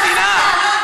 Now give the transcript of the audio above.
תמשיכו את ההסתה,